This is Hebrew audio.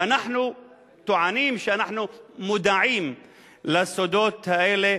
ואנחנו טוענים שאנחנו מודעים לסודות האלה,